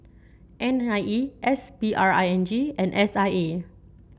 N I E S P R I N G and S I A